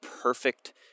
perfect